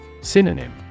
Synonym